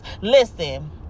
Listen